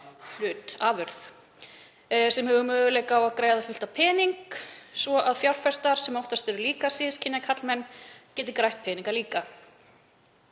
lokaafurð sem hefur möguleika á að græða fullt af pening svo að fjárfestar, sem oftast eru líka sískynja karlmenn, geti grætt peninga.